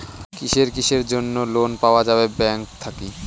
কিসের কিসের জন্যে লোন পাওয়া যাবে ব্যাংক থাকি?